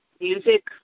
music